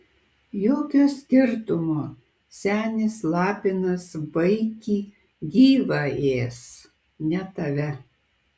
jokio skirtumo senis lapinas vaikį gyvą ės ne tave